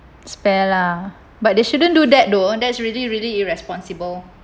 spare lah but they shouldn't do that though that's really really irresponsible